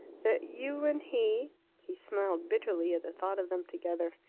that you and he he smiled bitterly at the thought of them together.